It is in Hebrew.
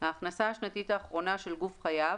ההכנסה השנתית האחרונה של גוף חייב,